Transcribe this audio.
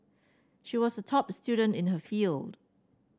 she was a top student in her field